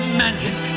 magic